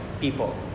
people